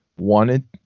wanted